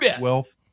Wealth